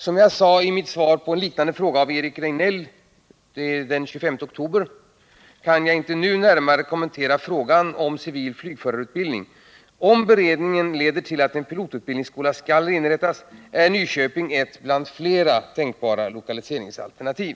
Som jag sade i mitt svar på en liknande fråga av Eric Rejdnell torsdagen den 25 oktober kan jag nu inte närmare kommentera frågan om civil flygförarutbildning. Om beredningen leder till att en pilotutbildningsskola skall inrättas, är Nyköping ett bland flera tänkbara lokaliseringsalternativ.